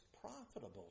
profitable